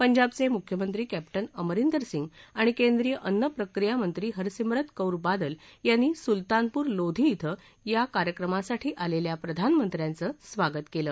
पंजाबचे मुख्यमंत्री कॅप्टन अमरिंदर सिंग आणि केंद्रीय अन्नप्रक्रियामंत्री हरसिमरत कौर बादल यांनी सुलतानपूर लोधी िं या कार्याक्रमासाठी आलेल्या प्रधानमंत्र्यांच स्वागत केलं